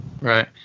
Right